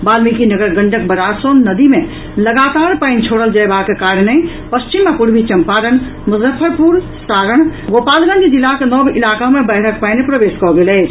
Valmikinagar Gandak barrage सँ नदी मे लगातार पानि छोड़ल जयबाक कारणे पश्चिम आ पूर्वी चंपारण मुजफ्फरपुर सारण आ गोपालगंज जिलाक नव इलाका मे बाढ़िक पानि प्रवेश कऽ गेल अछि